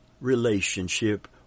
relationship